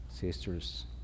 sisters